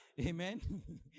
Amen